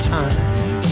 time